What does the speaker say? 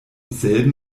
selben